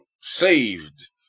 saved